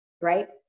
Right